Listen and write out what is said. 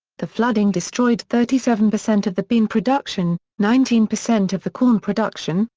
the flooding destroyed thirty seven percent of the bean production, nineteen percent of the corn production,